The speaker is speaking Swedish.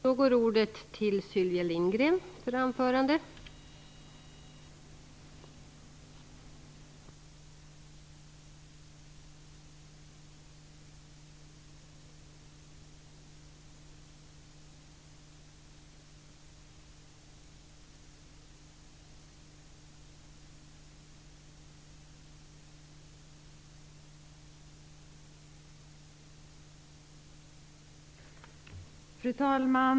Fru talman!